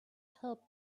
help